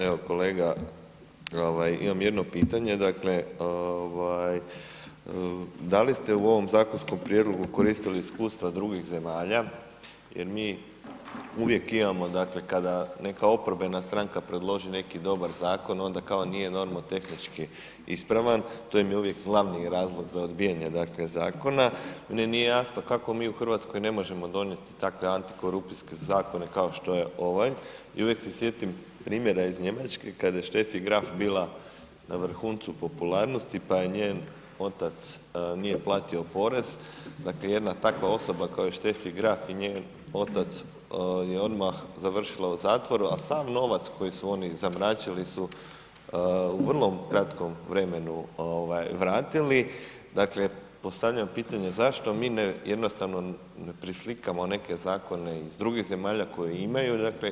Evo kolega, imam jedno pitanje, dakle, da li ste u ovom zakonskom prijedlogu koristili iskustva drugih zemalja jer mi uvijek imamo dakle kada neka oporbena stranka predloži neki dobar zakon, onda kao nije normotehnički ispravan, to im je uvijek glavni razlog za odbijanje zakona, meni nije jasno kako mi u Hrvatskoj ne možemo donijeti takve antikorupcijske zakone kao što je ovaj i uvijek se sjetim primjera iz Njemačke kad je Steffi Graf bila na vrhuncu popularnosti pa je njen otac nije platio porez, dakle jedna takva osoba kao Steffi Graf i njen otac je odmah završila u zatvoru a sav novac koji su oni zamračili su u vrlo kratkom vremenu vratili, dakle postavljam pitanje zašto mi jednostavno ne preslikamo neke zakone iz drugih zemalja koje imaju i koristimo dobra iskustva?